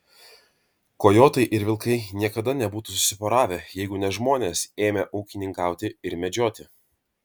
kojotai ir vilkai niekada nebūtų susiporavę jeigu ne žmonės ėmę ūkininkauti ir medžioti